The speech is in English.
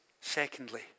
Secondly